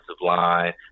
line